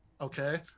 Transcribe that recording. Okay